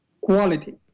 quality